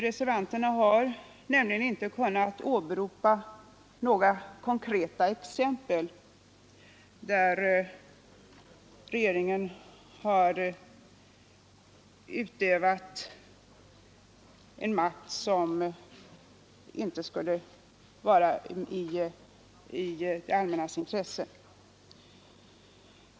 Reservanterna har nämligen inte kunnat åberopa några konkreta exempel på att regeringen utövat sin makt på ett otillbörligt sätt.